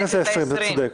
בכנסת העשרים, אתה צודק.